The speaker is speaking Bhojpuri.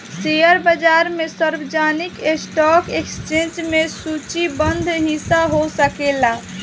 शेयर बाजार में सार्वजनिक स्टॉक एक्सचेंज में सूचीबद्ध हिस्सा हो सकेला